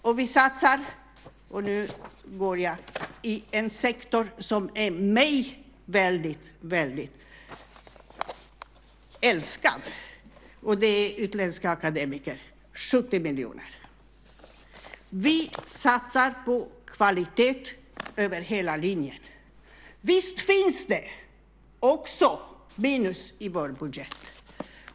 Och vi satsar på utländska akademiker - nu rör det sig om en sektor som är mig väldigt kär - 70 miljoner. Vi satsar på kvalitet över hela linjen. Visst finns det också minus i vår budget.